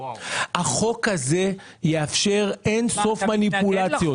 החוק הזה יאפשר אין-סוף מניפולציות.